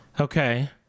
Okay